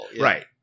right